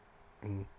mm